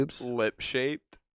Lip-shaped